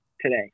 today